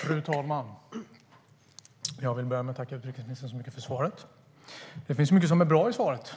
Fru talman! Jag vill börja med att tacka utrikesministern så mycket för svaret. Det finns mycket som är bra i svaret,